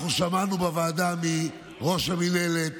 אנחנו שמענו בוועדה מראש המינהלת